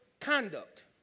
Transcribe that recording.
conduct